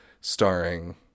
starring